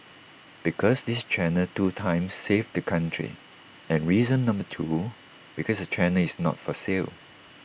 because this channel two times saved the country and reason number two because the channel is not for sale